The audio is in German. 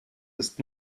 ist